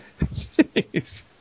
Jeez